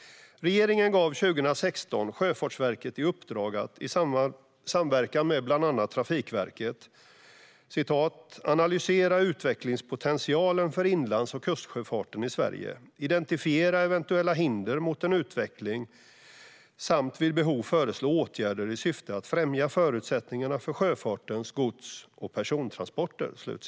Regeringen gav 2016 Sjöfartsverket i uppdrag att i samverkan med bland andra Trafikverket "analysera utvecklingspotentialen för inlandssjöfarten och kustsjöfarten i Sverige, identifiera eventuella hinder mot en utveckling samt vid behov föreslå åtgärder i syfte att främja förutsättningarna för sjöfartens gods och persontransporter".